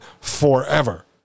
forever